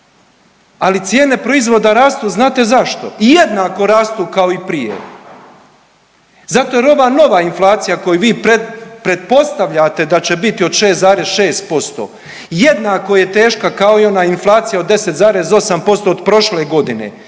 ali cijene proizvoda rastu, znate zašto, i jednako rastu kao i prije, zato jer ova nova inflacija koju vi pretpostavljate da će biti od 6,6% jednako je teška kao i ona inflacija od 10,8% od prošle godine